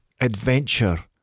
Adventure